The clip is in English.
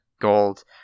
gold